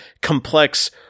complex